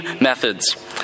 methods